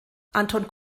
anton